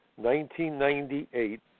1998